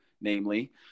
namely